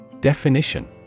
Definition